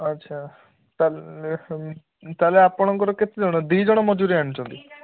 ଆଚ୍ଛା ତା'ହେଲେ ଆପଣଙ୍କର କେତେ ଜଣ ଦୁଇ ଜଣ ମଜୁରିଆ ଆଣୁଛନ୍ତି